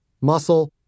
muscle